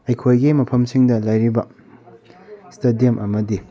ꯑꯩꯈꯣꯏꯒꯤ ꯃꯐꯝꯁꯤꯡꯗ ꯂꯩꯔꯤꯕ ꯏꯁꯇꯦꯗꯤꯌꯝ ꯑꯃꯗꯤ